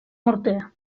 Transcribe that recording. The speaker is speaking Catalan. morter